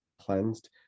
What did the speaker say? cleansed